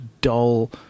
dull